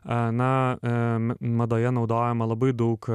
a na madoje naudojama labai daug